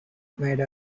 made